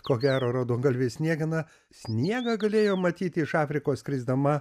ko gero raudongalvė sniegena sniegą galėjo matyti iš afrikos skrisdama